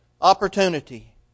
opportunity